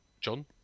John